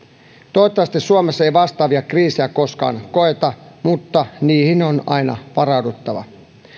toivottavasti suomessa ei vastaavia kriisejä koskaan koeta mutta niihin on aina varauduttava